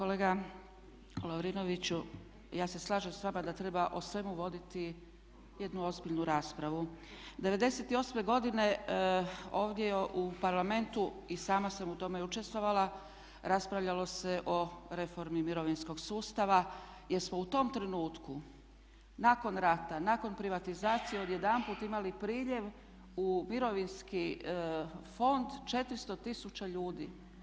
Kolega Lovrinoviću ja se slažem s vama da treba o svemu voditi jednu ozbiljnu raspravu. '98. godine ovdje u Parlamentu i sama sam u tome učestvovala, raspravljalo se o reformi mirovinskog sustava jer smo u tom trenutku nakon rata, nakon privatizacije odjedanput imali priljev u mirovinski fond 400 tisuća ljudi.